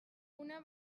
una